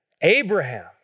Abraham